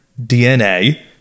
DNA